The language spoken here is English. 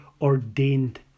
ordained